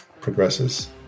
progresses